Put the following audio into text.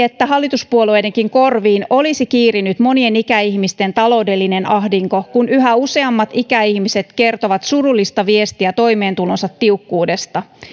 että hallituspuolueidenkin korviin olisi kiirinyt monien ikäihmisten taloudellinen ahdinko kun yhä useammat ikäihmiset kertovat surullista viestiä toimeentulonsa tiukkuudesta